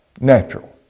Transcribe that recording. natural